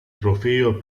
trofeo